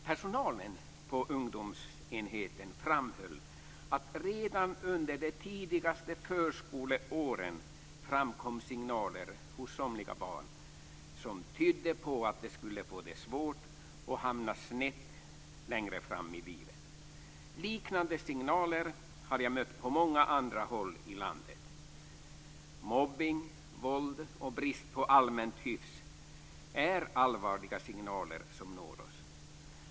Personalen på ungdomsenheten framhöll att det redan under de tidigaste förskoleåren framkom signaler hos somliga barn som tydde på att de skulle få det svårt och hamna snett längre fram i livet. Liknande signaler har jag mött på många andra håll i landet. Mobbning, våld och brist på allmänt hyfs är allvarliga signaler som når oss.